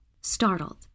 Startled